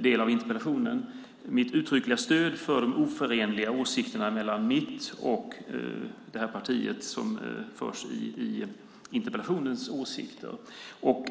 del av debatten mitt uttryckliga stöd för att mitt partis åsikter är oförenliga med åsikterna hos det parti som nämns i interpellationen.